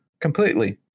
completely